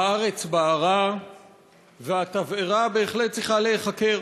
הארץ בערה והתבערה בהחלט צריכה להיחקר.